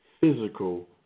physical